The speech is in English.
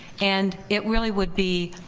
and it really would be,